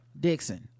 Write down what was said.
Dixon